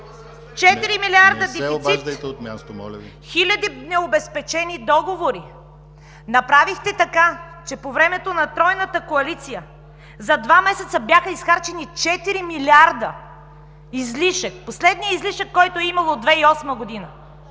4% дефицит, хиляди необезпечени договори! Направихте така, че по време на Тройната коалиция за два месеца бяха изхарчени 4 милиарда излишък – последният излишък, който е имало от 2008 г.